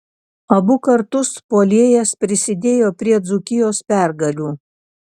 abu kartus puolėjas prisidėjo prie dzūkijos pergalių